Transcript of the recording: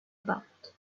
about